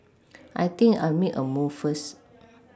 I think I'll make a move first